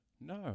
No